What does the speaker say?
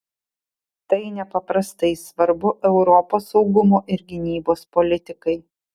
tai nepaprastai svarbu europos saugumo ir gynybos politikai